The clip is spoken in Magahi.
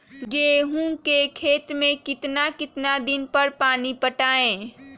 गेंहू के खेत मे कितना कितना दिन पर पानी पटाये?